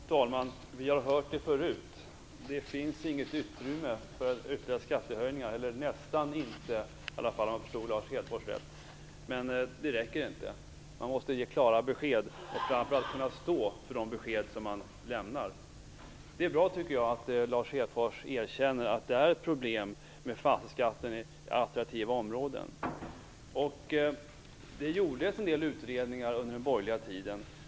Fru talman! Vi har hört det förut. Det finns inget utrymme för ytterligare skattehöjningar, eller nästan inte, om jag förstod Lars Hedfors rätt. Men det räcker inte. Man måste ge klara besked, och framför allt kunna stå för de besked som man lämnar. Jag tycker att det är bra att Lars Hedfors erkänner att det är ett problem med fastighetsskatten i attraktiva områden. Det gjordes en del utredningar under den borgerliga tiden.